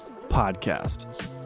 Podcast